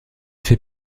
fait